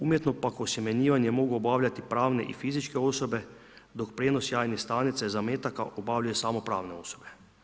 Umjetno pak osjemenjivanje mogu obavljati pravne i fizičke osobe, dok prijenos jajnih stanica i zametaka obavljaju samo pravne osobe.